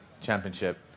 championship